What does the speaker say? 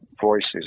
voices